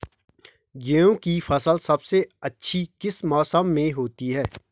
गेहूँ की फसल सबसे अच्छी किस मौसम में होती है